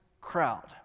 crowd